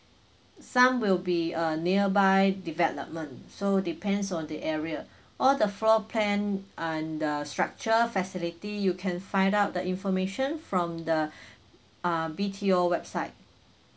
some will be uh nearby development so depends on the area all the floor plan and the structure facility you can find out the information from the ah B_T_O website